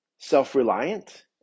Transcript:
self-reliant